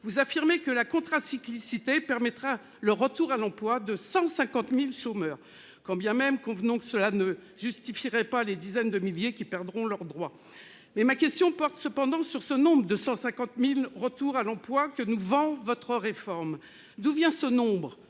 Vous affirmez que la contracyclicité permettra le retour à l'emploi de 150.000 chômeurs, quand bien même convenons que cela ne justifierait pas les dizaines de milliers qui perdront leur droit. Mais ma question porte cependant sur ce nombre de 150.000 retours à l'emploi que nous vend votre réforme. D'où vient ce nombre.